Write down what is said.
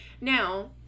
Now